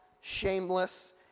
shameless